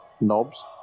Knobs